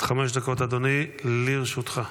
עד חמש דקות, אדוני, לרשותך.